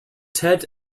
ted